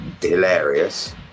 hilarious